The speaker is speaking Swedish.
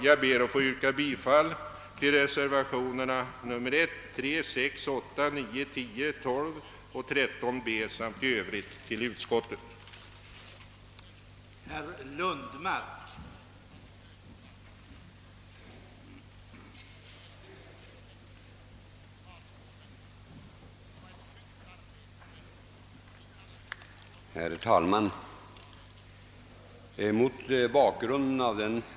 Jag ber att få yrka bifall till reservationerna nr 1, 3, 6, 8, 9, 10, 12 och 13 b samt i övrigt till utskottets hemställan.